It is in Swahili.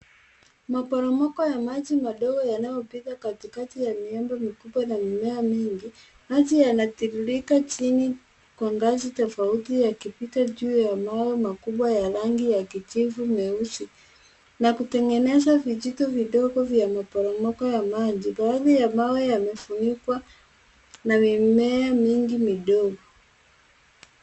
Maporomoko ya maji madogo yanayopita katikati ya miembe mikubwa na mimea mingi. Maji yanatiririka chini kwa ngazi tofauti yakipita juu ya mawe makubwa ya rangi ya kijivu meusi na kutengeneza vijitu vidogo vya maporomoko ya maji. Baadhi ya mawe yamefunikwa na mimea mingi midogo.